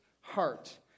heart